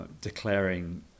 declaring